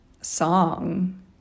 song